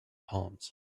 palms